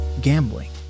gambling